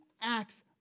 acts